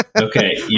Okay